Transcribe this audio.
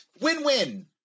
Win-win